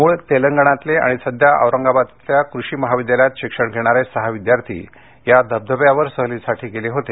मूळ तेलंगणातले आणि सध्या औरंगाबाद इथल्या कृषी महाविद्यालयात शिक्षण घेणारे सहा विद्यार्थी काल दुगारवाडी धबधब्यावर सहलीसाठी गेले होते